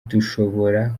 dushobora